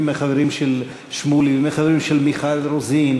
מהחברים של שמולי ומהחברים של מיכל רוזין,